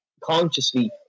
consciously